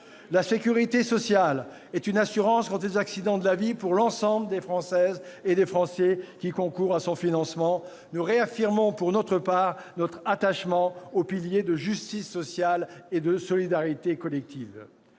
La sécurité sociale est une assurance contre les accidents de la vie pour l'ensemble des Françaises et des Français qui concourent à son financement. Nous réaffirmons, pour notre part, notre attachement aux piliers que sont la justice sociale et la solidarité collective.